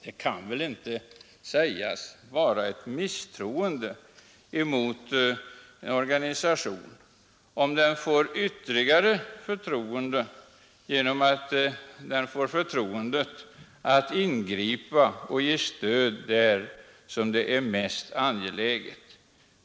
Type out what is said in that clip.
Det kan väl inte sägas vara ett misstroende emot en organisation om den får ytterligare pengar att ge som stöd där det är mest angeläget.